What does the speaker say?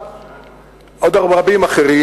עוד רבים אחרים.